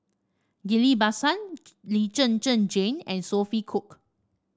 Ghillie Basan Lee Zhen Zhen Jane and Sophia Cooke